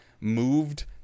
moved